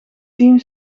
team